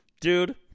dude